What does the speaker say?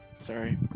sorry